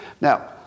Now